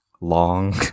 long